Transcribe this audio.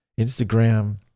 Instagram